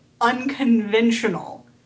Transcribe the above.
unconventional